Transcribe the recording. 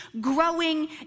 growing